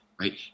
right